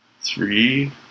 Three